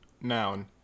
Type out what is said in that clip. noun